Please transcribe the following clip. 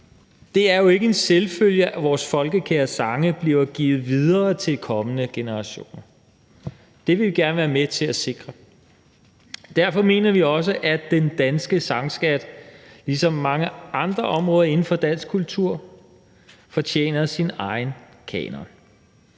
det er jo ikke en selvfølge, at vores folkekære sange bliver givet videre til kommende generationer. Det vil vi gerne være med til at sikre. Derfor mener vi også, at den danske sangskat ligesom mange andre områder inden for dansk kultur fortjener sin egen kanon.